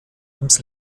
ums